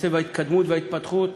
קצב ההתקדמות וההתפתחות,